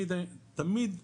איך אומרים,